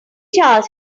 charles